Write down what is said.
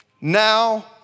now